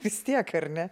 vis tiek ar ne